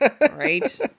Right